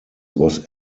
was